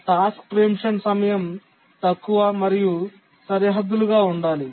task preemption సమయం తక్కువ మరియు సరిహద్దులుగా ఉండాలి